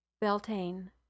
Beltane